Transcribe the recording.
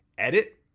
edit,